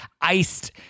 iced